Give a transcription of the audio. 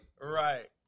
Right